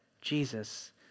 Jesus